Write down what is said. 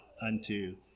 unto